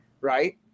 right